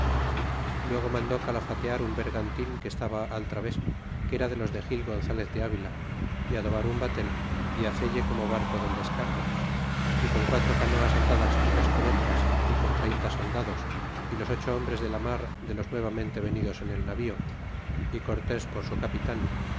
luego mandó calafeatar un bergantin que estaba al traves que era de los de gil gonzaez de avila y adobar un batel y hacelle como barco del descargo y con quatro canoas atadas unas con otras y con treinta soldados y los ocho hombres de la mar de los nuevamente venidos en el navío y cortes por su capitan